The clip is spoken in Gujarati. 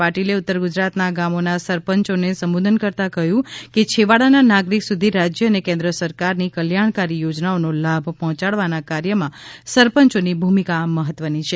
પાટીલે ઉત્તર ગુજરાતના ગામોના સરપંચોને સંબોધન કરતા કહ્યું કે છેવાડાના નાગરિક સુધી રાજ્ય અને કેન્દ્ર સરકારની કલ્યાણકારી યોજનાઓનો લાભ પહોંચાડવાના કાર્યમાં સરપંચોની ભૂમિકા મહત્વની છે